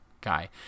guy